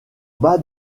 bas